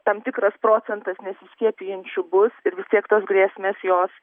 tam tikras procentas nesiskiepijančių bus ir vis tiek tos grėsmės jos